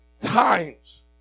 times